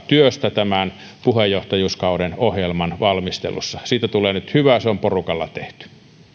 työstä tämän puheenjohtajuuskauden ohjelman valmistelussa siitä tulee nyt hyvä kun se on porukalla tehty